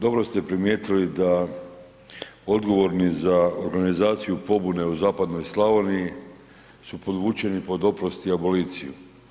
Dobro ste primijetili da odgovorni za organizaciju pobune u zapadnoj Slavoniji su podvučeni pod oprost i aboliciju.